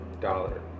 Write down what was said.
dollar